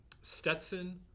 Stetson